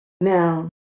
now